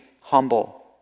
humble